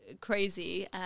crazy